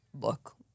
look